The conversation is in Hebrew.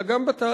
אלא גם בתהליך.